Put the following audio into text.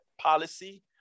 policy